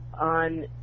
on